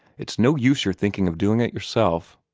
it's no use your thinking of doing it yourself.